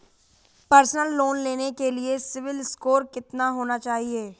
Personal loan लेने के लिए सिबिल स्कोर कितना होना चाहिए?